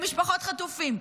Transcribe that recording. למשפחות חטופים,